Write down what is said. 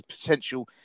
potential